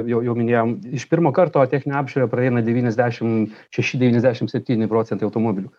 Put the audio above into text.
jau jau minėjom iš pirmo karto techninę apžiūrą praeina devyniasdešim šeši devyniasdešim septyni procentai automobilių